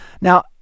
Now